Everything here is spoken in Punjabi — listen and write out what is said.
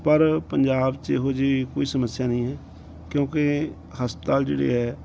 ਪਰ ਪੰਜਾਬ 'ਚ ਇਹੋ ਜਿਹੀ ਕੋਈ ਸਮੱਸਿਆ ਨਹੀਂ ਹੈ ਕਿਉਂਕਿ ਹਸਪਤਾਲ ਜਿਹੜੇ ਹੈ